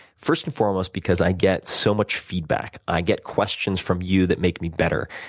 first and foremost, because i get so much feedback. i get questions from you that make me better.